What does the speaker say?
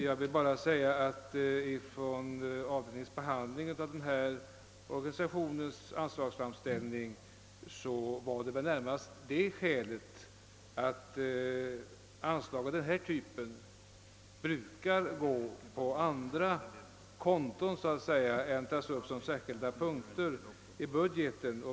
Jag vill bara säga att skälet till avdelningens behandling av anslagsframställningen från organisationen i fråga var att anslag av denna typ inte brukar tas upp som särskilda punkter i budgeten.